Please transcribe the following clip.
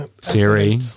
Siri